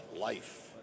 life